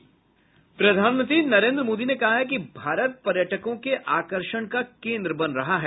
प्रधानमंत्री नरेन्द्र मोदी ने कहा कि भारत पर्यटकों के आकर्षण का केन्द्र बन रहा है